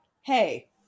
hey